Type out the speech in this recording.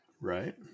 Right